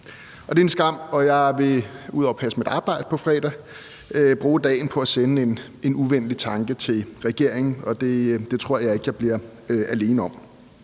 Det er en skam, og jeg vil, ud over at passe mit arbejde på fredag, bruge dagen på at sende en uvenlig tanke til regeringen, og det tror jeg ikke jeg bliver alene om.